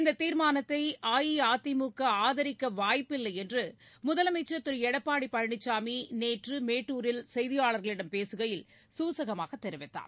இந்ததீர்மானத்தைஅஇஅதிமுகஆதரிக்கவாய்ப்பில்லைஎன்றுமுதலமைச்சர் திருளடப்பாடிபழனிசாமிநேற்றுமேட்டுரில் செய்தியாளர்களிடம் பேசுகையில் சூசகமாகதெரிவித்தார்